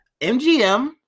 MGM